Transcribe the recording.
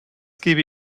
gebe